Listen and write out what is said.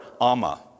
ama